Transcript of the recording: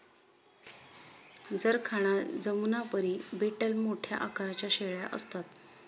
जरखाना जमुनापरी बीटल मोठ्या आकाराच्या शेळ्या असतात